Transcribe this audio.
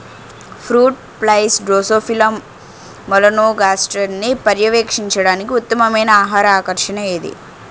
Fruit flies Drosophila మెలనోగాస్టర్ని పర్యవేక్షించడానికి ఉత్తమమైన ఆహార ఆకర్షణ ఏది?